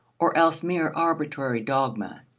or else mere arbitrary dogma,